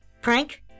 Prank